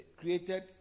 created